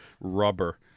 rubber